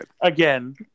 Again